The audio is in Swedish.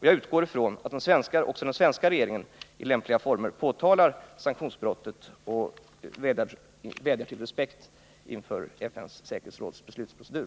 Jag utgår från att också den svenska regeringen i lämpliga former påtalar sanktionsbrottet och vädjar om respekt för FN:s säkerhetsråds beslutsprocedur.